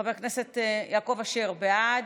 חבר הכנסת יעקב אשר, בעד,